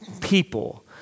people